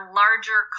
larger